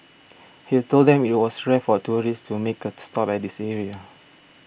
he told them that it was rare for tourists to make a stop at this area